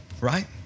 right